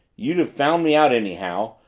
you'd have found me out anyhow!